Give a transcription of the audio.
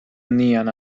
nien